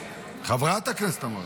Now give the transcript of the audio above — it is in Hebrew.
חברת הכנסת, חברת הכנסת.